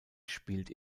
spielt